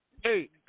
Hey